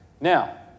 Now